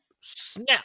snap